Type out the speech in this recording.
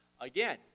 again